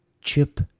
Chip